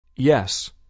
Yes